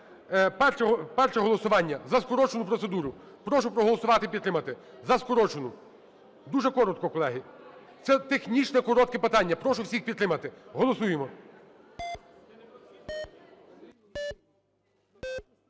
Перше голосування - за скорочену процедуру. Прошу проголосувати і підтримати за скорочену. Дуже коротко, колеги. Це технічне коротке питання. Прошу всіх підтримати. Голосуємо.